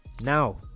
now